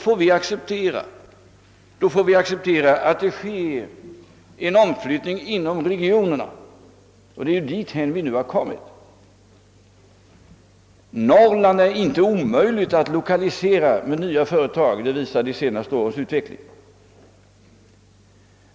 I så fall får vi acceptera en omflyttning inom regionerna. Det är dithän vi nu har kommit. Det är inte omöjligt att lokalisera nya företag till Norrland, det visar de senaste årens utveckling.